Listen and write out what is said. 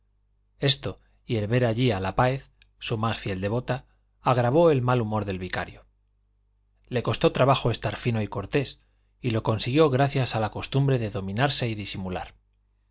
esto y el ver allí a la de páez su más fiel devota agravó el mal humor del vicario le costó trabajo estar fino y cortés y lo consiguió gracias a la costumbre de dominarse y disimular